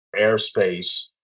airspace